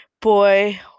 boy